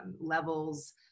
levels